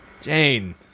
Jane